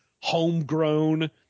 homegrown